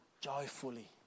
joyfully